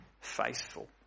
faithful